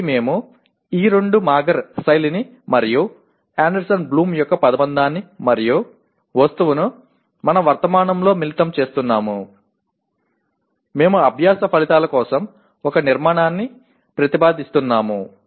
కాబట్టి మేము ఈ రెండు మాగర్ శైలిని మరియు అండర్సన్ బ్లూమ్ యొక్క పదబంధాన్ని మరియు వస్తువును మన వర్తమానంలో మిళితం చేస్తున్నాము మేము అభ్యాస ఫలితాల కోసం ఒక నిర్మాణాన్ని ప్రతిపాదిస్తున్నాము